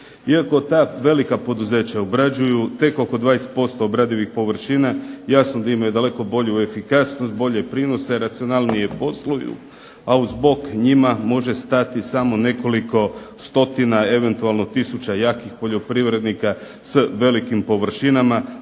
Iako ta velika poduzeća obrađuju tek ok 20% obradivih površina jasno da imaju daleko bolju efikasnost, bolje prinose, racionalnije posluju ali uz bok njima može stati samo nekoliko stotina eventualno tisuća jakih poljoprivrednika s velikim površinama